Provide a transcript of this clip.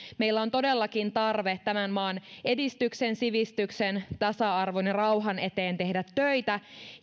meillä on todellakin tarve tämän maan edistyksen sivistyksen tasa arvon ja rauhan eteen tehdä töitä